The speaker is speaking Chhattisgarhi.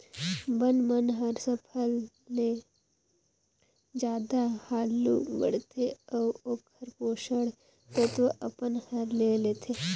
बन मन हर फसल ले जादा हालू बाड़थे अउ ओखर पोषण तत्व अपन हर ले लेथे